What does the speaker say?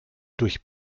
durch